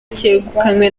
cyegukanywe